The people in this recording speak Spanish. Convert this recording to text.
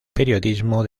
periodismo